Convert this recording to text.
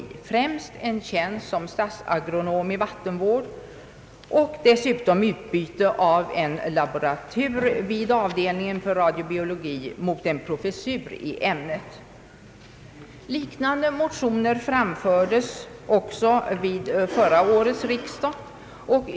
Det gäller främst en tjänst som statsagronom i vattenvård och utbyte av en laboratur vid avdelningen för radiobiologi mot en professur i ämnet. Liknande motioner framfördes vid förra årets riksdag.